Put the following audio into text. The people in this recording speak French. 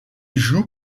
joue